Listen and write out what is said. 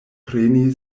preni